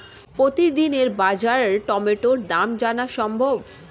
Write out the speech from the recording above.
প্রতিদিনের বাজার টমেটোর দাম জানা সম্ভব?